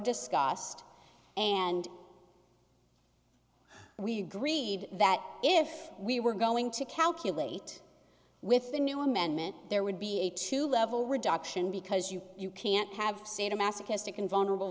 discussed and we agreed that if we were going to calculate with the new amendment there would be a two level reduction because you you can't have sadomasochistic an vulnerable